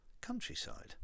countryside